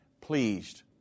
pleased